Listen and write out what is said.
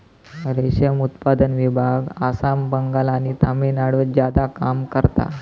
रेशम उत्पादन विभाग आसाम, बंगाल आणि तामिळनाडुत ज्यादा काम करता